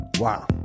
Wow